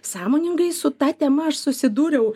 sąmoningai su ta tema aš susidūriau